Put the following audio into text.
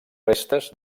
restes